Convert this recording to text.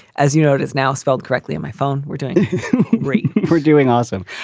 as you know, it is now spelled correctly on my phone. we're doing great we're doing awesome.